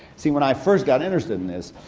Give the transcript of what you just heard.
see when i first got interested in this,